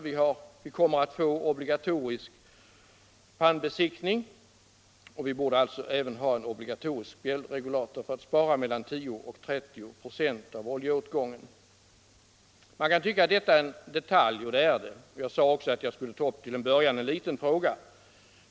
Vi kommer att få obligatorisk pannbesiktning. Vi borde alltså även ha obligatorisk installation av spjällregulator för att spara 10-30 926 av oljeåtgången. Man kan tycka att detta är en detalj, och det är det också. Jag sade att jag till en början skulle ta upp en liten fråga.